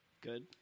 Good